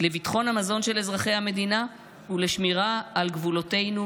לביטחון המזון של אזרחי המדינה ולשמירה על גבולותינו,